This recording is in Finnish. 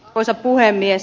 arvoisa puhemies